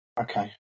okay